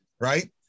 right